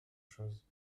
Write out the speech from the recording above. chose